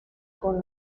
con